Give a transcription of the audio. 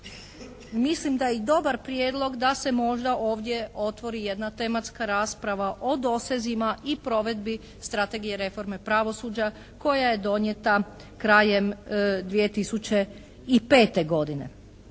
mislim da je i dobar prijedlog da se možda ovdje otvori jedna tematska rasprava o dosezima i provedbi Strategije reforme pravosuđa koja je donijeta krajem 2005. godine.